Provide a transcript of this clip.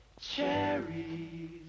cherries